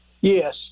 Yes